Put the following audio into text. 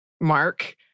Mark